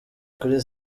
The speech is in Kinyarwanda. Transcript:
kuri